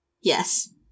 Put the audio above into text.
Yes